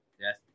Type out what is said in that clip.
Yes